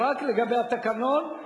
רק לגבי התקנון,